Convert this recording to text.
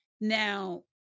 Now